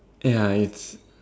ya